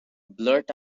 blurt